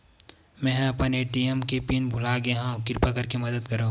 मेंहा अपन ए.टी.एम के पिन भुला गए हव, किरपा करके मदद करव